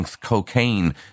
Cocaine